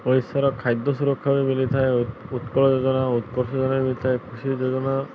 ଓଡ଼ିଶାର ଖାଦ୍ୟ ସୁରକ୍ଷା ବି ମିଳିଥାଏ ଉତ୍କଳ ଯୋଜନା ଉତ୍କର୍ଷ୍ଟଜନ ମିଳିଥାଏ କୃଷି ଯୋଜନା